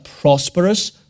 prosperous